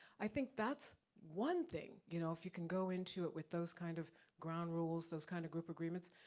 i think that's one thing, you know if you can go into it with those kind of ground rules, those kind of group agreements.